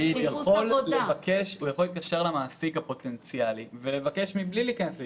הוא יכול להתקשר למעסיק הפוטנציאלי ולבקש מבלי להיכנס לישראל.